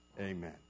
Amen